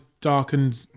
darkened